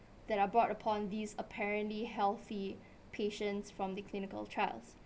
that are brought upon these apparently healthy patients from the clinical trials